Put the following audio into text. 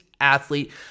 athlete